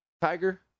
Tiger